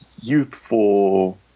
youthful